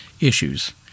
issues